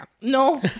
No